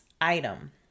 item